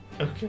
Okay